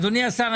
אדוני השר,